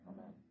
Amen